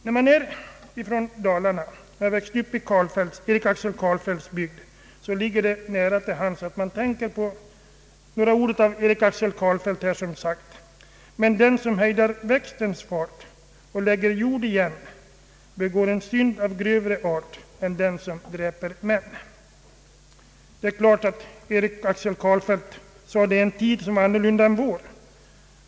När man är från Dalarna och har växt upp i Erik Axel Karlfeldts bygd ligger det nära till hands att man tänker på några ord av denne författare, som skrivit: Men den som hejdar växtens fart och lägger jord igen begår en synd av grövre art än den som dräper män. Det är klart att Erik Axel Karlfeldt skrev detta i en tid som var annorlunda än vår.